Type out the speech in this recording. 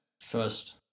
first